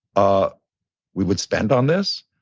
ah we would spend on this.